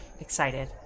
excited